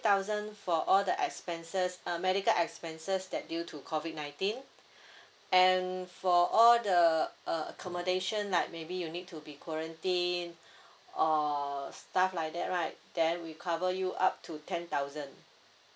thousand for all the expenses uh medical expenses that due to COVID nineteen and for all the uh accommodation like maybe you need to be quarantine or stuff like that right then we cover you up to ten thousand